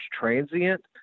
transient